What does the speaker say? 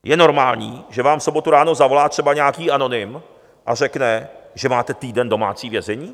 Je normální, že vám v sobotu ráno zavolá třeba nějaký anonym a řekne, že máte týden domácí vězení?